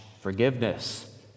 forgiveness